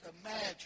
imagine